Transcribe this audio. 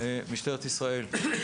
משטרת ישראל.